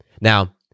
Now